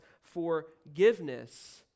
forgiveness